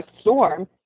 storm